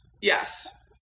Yes